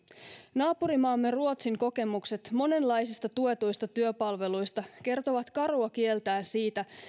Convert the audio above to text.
naapurimaamme ruotsin kokemukset monenlaisista tuetuista työpalveluista kertovat karua kieltään siitä